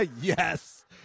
yes